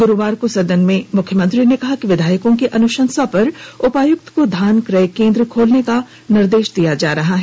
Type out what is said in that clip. गुरूवार को सदन में मुख्यमंत्री ने कहा कि विधायकों की अनुशंसा पर उपायुक्त को धान क्रय केंद्र खोलने का निर्देश दिया जा रहा है